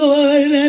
Lord